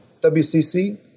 WCC